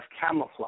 camouflage